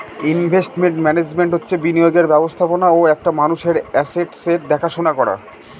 investment management হচ্ছে বিনিয়োগের ব্যবস্থাপনা ও একটা মানুষের আসেটসের দেখাশোনা করা